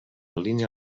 línia